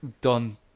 done